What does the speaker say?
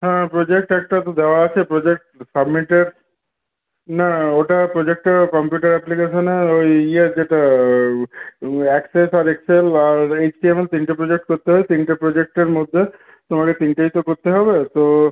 হ্যাঁ প্রজেক্ট একটা তো দেওয়া আছে প্রজেক্ট সাবমিটের না ওটা প্রজেক্টটা কম্পিউটার অ্যাপ্লিকেশনের ওই ইয়ে যেটা অ্যাক্সেস আর এক্সেল আর এইচ টি এম এল তিনটে প্রজেক্ট করতে হয় তিনটে প্রজেক্টের মধ্যে তোমাকে তিনটেই তো করতে হবে তো